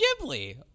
Ghibli